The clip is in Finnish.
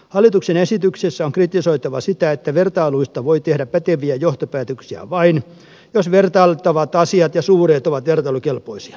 hallituksen esityksessä on kritisoitava sitä että vertailuista voi tehdä päteviä johtopäätöksiä vain jos vertailtavat asiat ja suureet ovat vertailukelpoisia